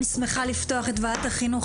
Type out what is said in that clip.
אני שמחה לפתוח את ועדת החינוך,